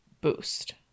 boost